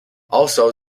also